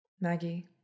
Maggie